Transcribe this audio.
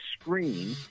screen